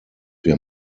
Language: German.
wir